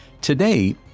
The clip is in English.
today